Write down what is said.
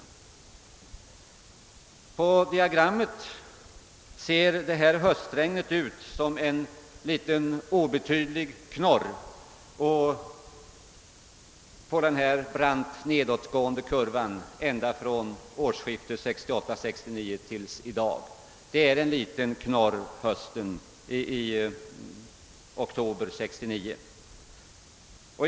På diagrammet ser detta höstregn ut som en liten obetydlig knorr på denna brant nedåtgående kurva ändå från årsskiftet 1968—1969 till i dag.